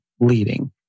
leading